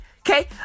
Okay